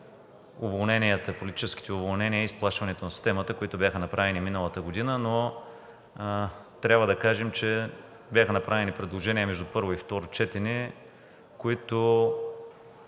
политическите уволнения и сплашването на системата, които бяха направени миналата година, но трябва да кажем, че бяха направени предложения между първо и второ четене, които